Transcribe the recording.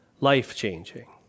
life-changing